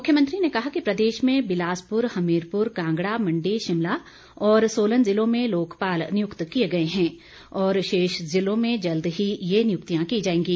मुख्यमंत्री ने कहा कि प्रदेश में बिलासपुर हमीरपुर कांगड़ा मण्डी शिमला और सोलन जिलों में लोकपाल नियुक्त किए गए हैं और शेष जिलों में जल्द ही ये नियुक्तियां की जाएंगी